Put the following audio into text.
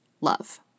love